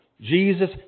Jesus